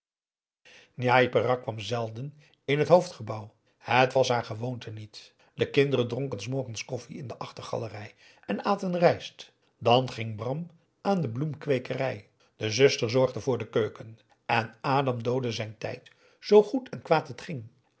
njai peraq kwam zelden in het hoofdgebouw het was haar gewoonte niet de kinderen dronken s morgens koffie in de achtergalerij en aten rijst dan ging bram aan de bloemkweekerij de zuster zorgde voor de keuken en adam doodde zijn tijd zoo goed en kwaad het ging